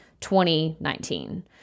2019